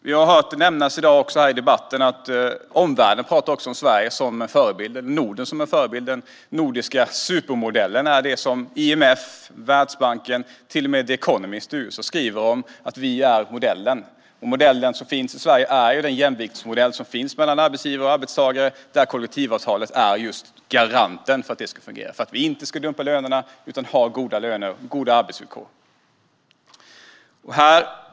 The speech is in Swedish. Vi har hört nämnas i debatten i dag att omvärlden talar om Sverige, och Norden, som en förebild. Den nordiska supermodellen är det som IMF och Världsbanken talar om. Till och med The Economist skriver om att vi är modellen. Den modell som finns i Sverige är en modell med jämvikt mellan arbetsgivare och arbetstagare. Kollektivavtalet är garanten för att detta ska fungera. Det är garanten för att vi inte ska dumpa lönerna utan ha bra löner och goda arbetsvillkor.